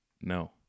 No